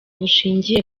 bushingiye